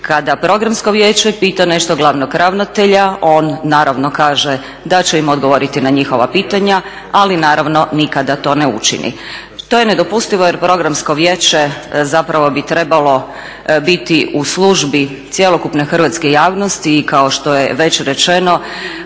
Kada programsko vijeće pita nešto glavnog ravnatelja on naravno kaže da će im odgovoriti na njihova pitanja ali naravno nikada to ne učini. To je nedopustivo jer programsko vijeće zapravo bi trebalo biti u službi cjelokupne hrvatske javnosti i kao što je već rečeno